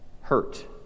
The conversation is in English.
hurt